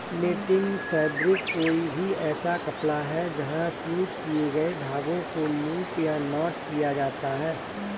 netting fabric कोई भी ऐसा कपड़ा है जहाँ फ़्यूज़ किए गए धागों को लूप या नॉट किया जाता है